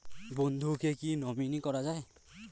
বন্ধুকে কী নমিনি করা যায়?